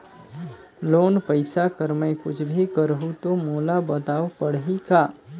Loan पइसा कर मै कुछ भी करहु तो मोला बताव पड़ही का?